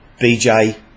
BJ